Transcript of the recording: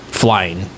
Flying